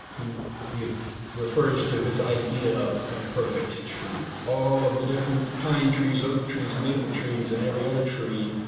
he he ah refers to his idea of the perfect tree. all of the different pine trees, oak trees, maple trees, and every other tree,